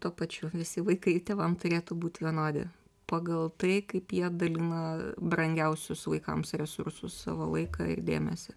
tuo pačiu visi vaikai tėvam turėtų būt vienodi pagal tai kaip jie dalina brangiausius vaikams resursus savo laiką ir dėmesį